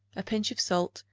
a pinch of salt,